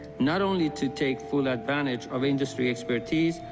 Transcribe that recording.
not only to take full advantage of industry expertise,